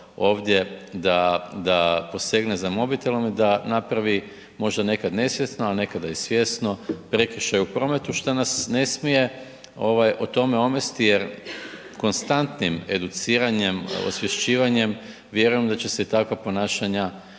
ovdje da, da posegne za mobitelom i da napravi možda nekad nesvjesno, a nekada i svjesno prekršaj u prometu šta nas ne smije o tome omesti jer konstantnim educiranjem, osvješćivanjem vjerujem da će se i takva ponašanja